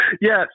Yes